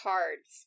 Cards